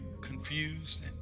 confused